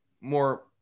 more